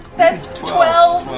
that's twelve.